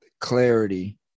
clarity